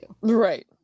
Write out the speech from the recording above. Right